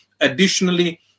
Additionally